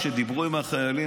כשדיברו עם החיילים,